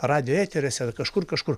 radijo eteriuose ar kažkur kažkur